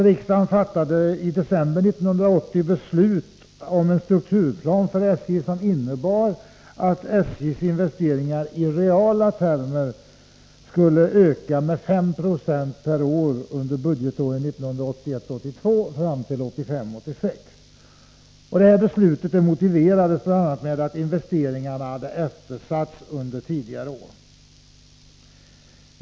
Riksdagen fattade i december 1980 beslut om en strukturplan för SJ, som innebar att SJ:s investeringar i reala termer skulle öka med 5 96 per år under budgetåren 1981 86. Detta beslut motiverades bl.a. med att investeringarna hade eftersatts under tidigare år.